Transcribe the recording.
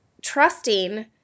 trusting